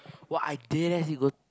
!wah! I dead ass you go